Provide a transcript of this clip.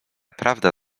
prawda